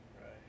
Right